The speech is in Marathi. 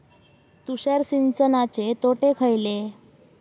तुषार सिंचनाचे तोटे खयले?